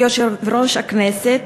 כבוד יושב-ראש הכנסת,